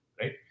right